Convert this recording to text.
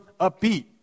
upbeat